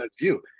view